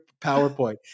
PowerPoint